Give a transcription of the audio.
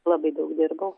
labai daug dirbau